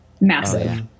Massive